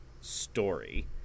story